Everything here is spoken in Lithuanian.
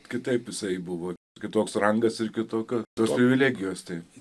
kitaip jisai buvo kitoks rangas ir kitokios privilegijos tai